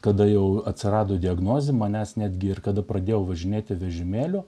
kada jau atsirado diagnozė manęs netgi ir kada pradėjau važinėti vežimėliu